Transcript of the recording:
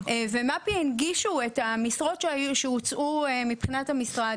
ומפ"י הנגישו את המשרות שהוצעו מבחינת המשרד.